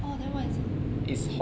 orh then what is it